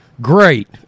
Great